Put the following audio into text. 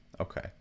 okay